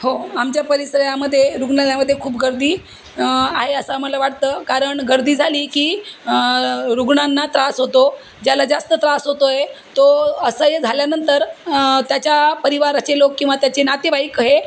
हो आमच्या परिसरामध्ये रुग्णालयामध्ये खूप गर्दी आहे असा मला वाटतं कारण गर्दी झाली की रुग्णांना त्रास होतो ज्याला जास्त त्रास होतो आहे तो असह्य झाल्यानंतर त्याच्या परिवाराचे लोक किंवा त्याचे नातेवाईक हे